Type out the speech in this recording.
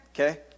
okay